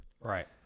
Right